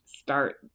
start